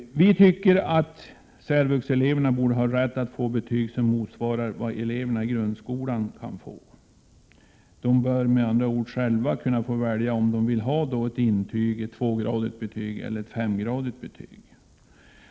Vi tycker att särvuxeleverna borde ha rätt att få betyg som motsvarar vad eleverna i grundskolan kan få. De bör med andra ord själva kunna få välja om de vill ha ett intyg, ett tvågradigt betyg eller ett femgradigt betyg.